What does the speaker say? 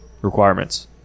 requirements